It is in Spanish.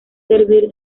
servir